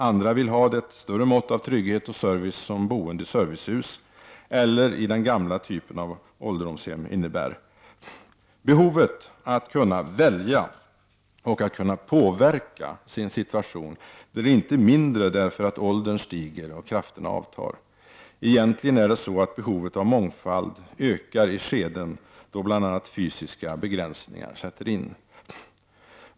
Andra vill ha det större mått av trygghet och service som boende i servicehus eller i den gamla typen av ålderdomshem innebär. Behovet att kunna välja och att kunna påverka sin situation blir inte mindre därför att åldern stiger och krafterna avtar. Egentligen är det så att behovet av mångfald ökar i skeden då bl.a. fysiska begränsningar sätter in.